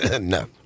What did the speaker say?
No